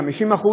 50%,